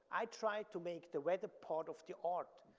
i try to make the weather part of the art.